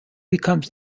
becomes